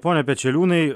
pone pečeliūnai